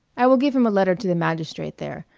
i will give him a letter to the magistrate there,